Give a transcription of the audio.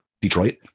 Detroit